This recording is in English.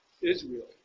Israel